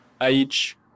Age